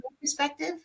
perspective